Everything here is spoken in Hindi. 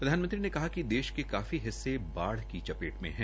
प्रधानमंत्री ने कहा कि देश के काफी हिस्से बाढ़ की चपेट में है